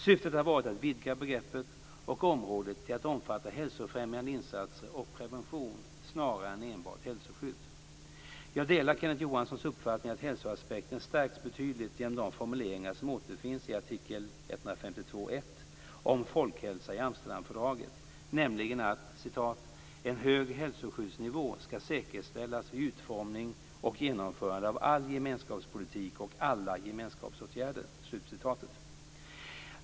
Syftet har varit att vidga begreppet och området till att omfatta hälsofrämjande insatser och prevention snarare än enbart hälsoskydd. Jag delar Kenneth Johanssons uppfattning att hälsoaspekten stärks betydligt genom de formuleringar som återfinns i artikel 152.1 om folkhälsa i Amsterdamfördraget, nämligen att "en hög hälsoskyddsnivå skall säkerställas vid utformning och genomförande av all gemenskapspolitik och alla gemenskapsåtgärder".